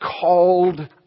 called